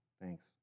thanks